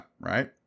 right